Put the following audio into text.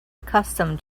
accustomed